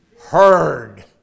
Heard